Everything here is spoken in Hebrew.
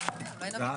ואולי נביא מומחים.